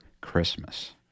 christmas